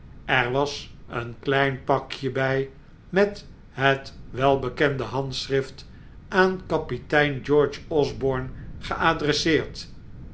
er was een klein pakje bij met het welbekende handschrift aan kapitein george osborne